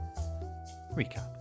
Recap